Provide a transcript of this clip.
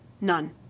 None